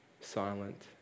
silent